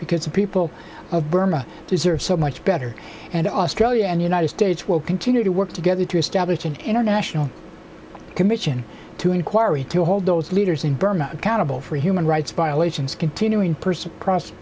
because the people of burma deserve so much better and australia and united states will continue to work together to establish an international commission to inquiry to hold those leaders in burma accountable for human rights violations continue in person across